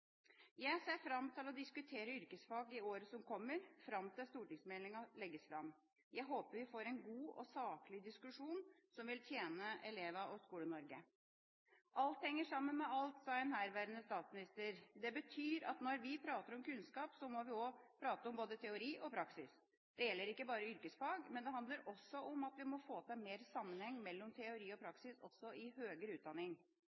Jeg ser fram til å diskutere yrkesfag i året som kommer, fram til stortingsmeldinga legges fram. Jeg håper vi får en god og saklig diskusjon, som vil tjene elevene og Skole-Norge. «Alt henger sammen med alt», sa en tidligere statsminister. Det betyr at når vi prater om kunnskap, må vi prate om både teori og praksis. Det gjelder ikke bare yrkesfag, det handler om at vi må få til bedre sammenheng mellom teori og praksis også i høyere utdanning.